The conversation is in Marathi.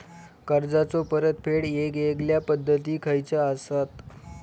कर्जाचो परतफेड येगयेगल्या पद्धती खयच्या असात?